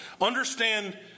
Understand